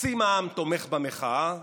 חצי מהעם תומך במחאה,